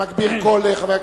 בבקשה.